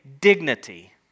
dignity